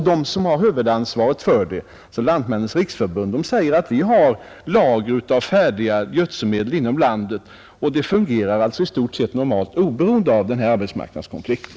De som har huvudansvaret för detta, nämligen Lantmännens riksförbund, säger att vi har lager av färdiga gödselmedel inom landet, och det fungerar i stort sett normalt helt oberoende av arbetsmarknadskonflikten.